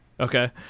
okay